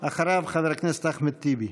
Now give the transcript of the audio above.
אחריו, חבר הכנסת אחמד טיבי.